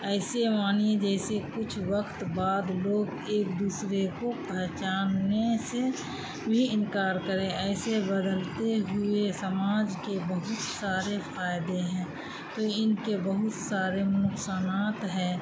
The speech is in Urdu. ایسے مانیے جیسے کچھ وقت بعد لوگ ایک دوسرے کو پہچاننے سے بھی انکار کریں ایسے بدلتے ہوئے سماج کے بہت سارے فائدے ہیں تو ان کے بہت سارے نقصانات ہیں